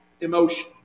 emotion